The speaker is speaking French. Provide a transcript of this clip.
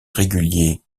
régulier